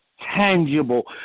tangible